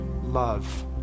love